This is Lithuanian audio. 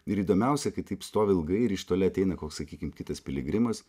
ir įdomiausia kai taip stovi ilgai ir iš toli ateina koks sakykim kitas piligrimas